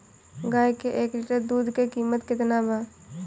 गाए के एक लीटर दूध के कीमत केतना बा?